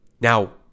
Now